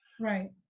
right